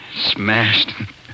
smashed